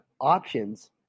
options